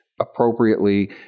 appropriately